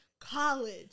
college